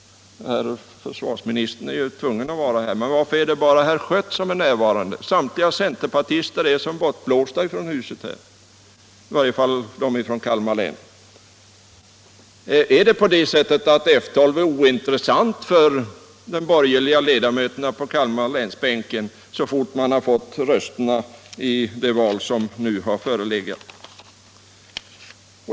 — försvarsministern är ju tvungen att vara här — som är närvarande? Samtliga centerpartister är som bortblåsta från huset — i varje fall de från Kalmar län. Är F 12 ointressant för de borgerliga ledamöterna på Kalmar läns bänk, sedan de fått rösterna i det val som förevarit?